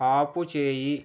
ఆపుచేయి